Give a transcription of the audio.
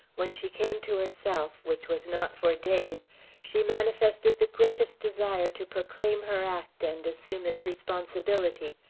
when she came to herself which was not for days she manifested the greatest desire to proclaim her act and assume its responsibility.